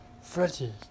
Freddy